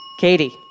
Katie